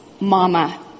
mama